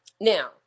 Now